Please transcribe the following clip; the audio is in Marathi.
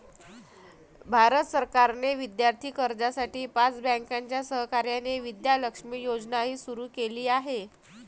भारत सरकारने विद्यार्थी कर्जासाठी पाच बँकांच्या सहकार्याने विद्या लक्ष्मी योजनाही सुरू केली आहे